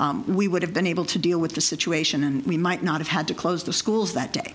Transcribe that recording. access we would have been able to deal with the situation and we might not have had to close the schools that day